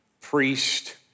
priest